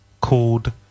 called